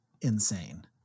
insane